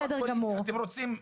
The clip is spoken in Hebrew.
אבל זה ויכוח פוליטי.